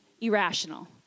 irrational